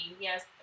Yes